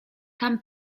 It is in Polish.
tam